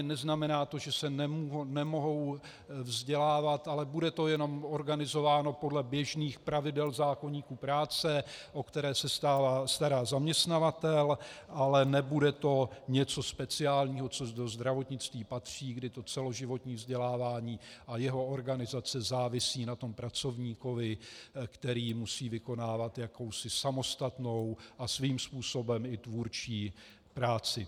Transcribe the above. Neznamená to samozřejmě, že se nemohou vzdělávat, ale bude to organizováno podle běžných pravidel zákoníku práce, o která se stará zaměstnavatel, nebude to něco speciálního, co do zdravotnictví patří, kdy to celoživotní vzdělávání a jeho organizace závisí na pracovníkovi, který musí vykonávat jakousi samostatnou a svým způsobem i tvůrčí práci.